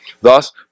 Thus